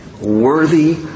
worthy